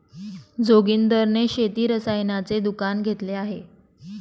जोगिंदर ने शेती रसायनाचे दुकान घेतले आहे